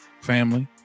family